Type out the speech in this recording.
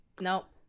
Nope